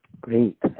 great